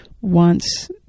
wants